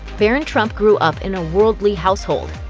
barron trump grew up in a worldly household.